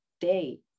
day